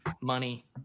money